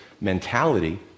mentality